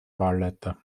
wahlleiter